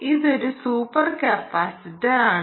ഇതൊരു സൂപ്പർ കപ്പാസിറ്ററാണ്